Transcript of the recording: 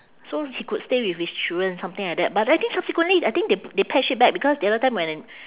so he could stay with his children something like that but I think subsequently I think they they patch it back because the other time when